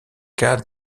cas